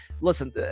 listen